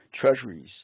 treasuries